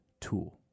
tool